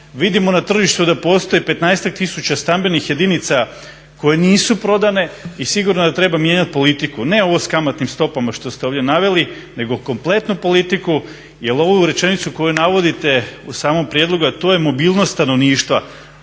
vidimo na tržištu da postoji 15-ak tisuća stambenih jedinica koje nisu prodane. I sigurno da treba mijenjat politiku, ne ovo s kamatnim stopama što ste ovdje naveli, nego kompletnu politiku jer ovu rečenicu koju navodite u samom prijedlogu, a to je mobilnost stanovništva.